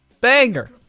Banger